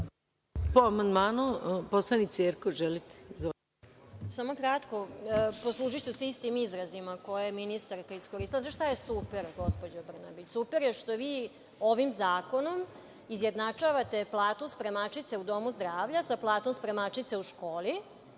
Po amandmanu, poslanica Jerkov. **Aleksandra Jerkov** Poslužiću se istim izrazima koje je ministarka iskoristila. Znate šta je super, gospođo Brnabić? Super je što vi ovim zakonom izjednačavate platu spremačice u domu zdravlja sa platom spremačice u školi,